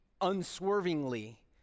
unswervingly